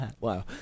Wow